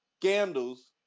scandals